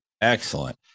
Excellent